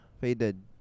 Faded